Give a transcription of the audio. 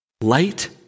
Light